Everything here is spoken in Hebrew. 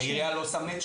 העירייה לא עושה Matching?